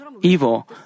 evil